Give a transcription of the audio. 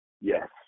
Yes